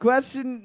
Question